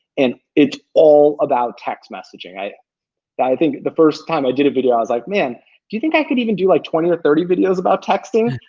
and it's all about text messaging. i but i think the first time i did a video, i was like, man, do you think i could even do, like, twenty or thirty videos about texting?